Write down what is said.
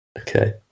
Okay